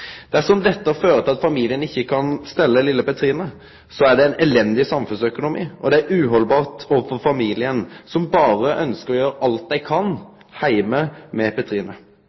Dersom dette fører til at familien ikke kan stelle lille Petrine, er det elendig samfunnsøkonomi, og det er uholdbart overfor familien, som bare ønsker å gjøre alt de kan hjemme med Petrine.